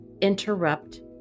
interrupt